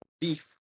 beef